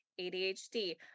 ADHD